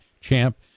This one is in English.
champ